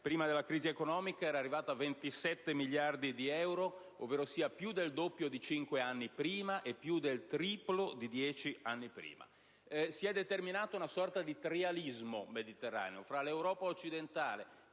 prima della crisi economica, era arrivato a 27 miliardi di euro, ovverosia più del doppio di cinque anni prima e più del triplo di 10 anni prima. Si è determinata una sorta di trialismo mediterraneo tra l'Europa occidentale